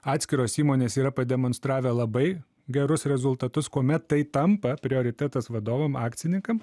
atskiros įmonės yra pademonstravę labai gerus rezultatus kuomet tai tampa prioritetas vadovam akcininkam